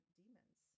demons